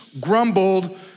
grumbled